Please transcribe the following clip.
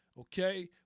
Okay